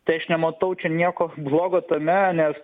tai aš nematau čia nieko blogo tame nes